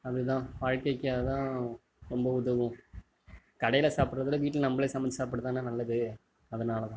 அது தான் வாழ்க்கைக்கு அதான் ரொம்ப உதவும் கடையில் சாப்புடுறத விட வீட்டில் நம்மளே சமைத்து சாப்புடுறதுதான நல்லது அதனாலதான்